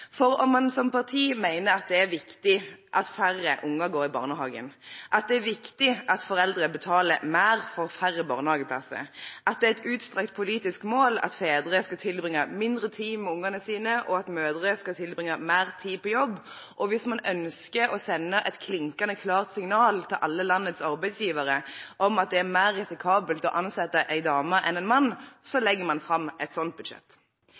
for om man som parti mener at det er viktig at færre barn går i barnehagen, at det er viktig at foreldre betaler mer for færre barnehageplasser, at det er et utstrakt politisk mål at fedre skal tilbringe mindre tid med barna sine, og at mødre skal tilbringe mer tid på jobb – og hvis man ønsker å sende et klinkende klart signal til alle landets arbeidsgivere om at det er mer risikabelt å ansette en dame enn en mann – legger man fram et slikt budsjett.